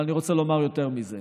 אבל אני רוצה לומר יותר מזה: